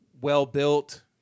well-built